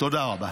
תודה רבה.